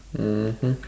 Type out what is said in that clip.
mmhmm